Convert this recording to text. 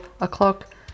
o'clock